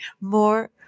more